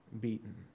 beaten